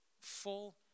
full